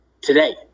today